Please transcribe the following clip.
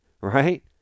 right